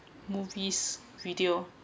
movies video